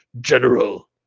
general